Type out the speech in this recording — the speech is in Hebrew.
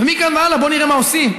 ומכאן והלאה בואו נראה מה עושים,